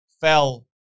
fell